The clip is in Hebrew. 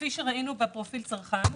כפי שראינו בפרופיל הצרכן,